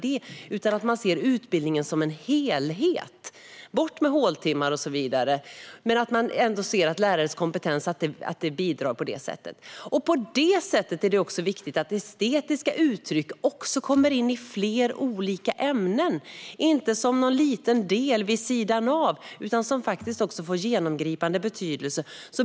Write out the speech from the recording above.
Det handlar om att se utbildningen som en helhet. Bort med håltimmar och så vidare! Man ska se att lärarnas kompetens bidrar på det sättet. Det är därför viktigt att även estetiska uttryck kommer in i fler olika ämnen. De ska inte vara någon liten del vid sidan av, utan de bör få genomgripande betydelse.